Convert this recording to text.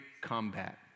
combat